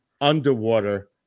underwater